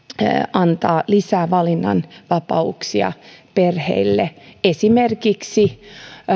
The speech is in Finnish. antaa myös lisää valinnan vapauksia perheille esimerkiksi